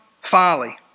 folly